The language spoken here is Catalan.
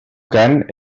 cant